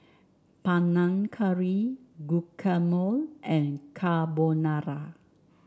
Panang Curry Guacamole and Carbonara